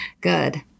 good